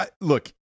Look